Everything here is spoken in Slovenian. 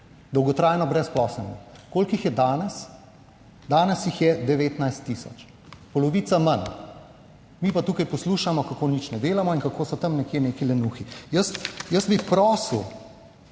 dolgotrajno brezposelnih. Koliko jih je danes? Danes jih je 19 tisoč, polovica manj. Mi pa tukaj poslušamo, kako nič ne delamo in kako so tam nekje neki lenuhi. Jaz bi prosil,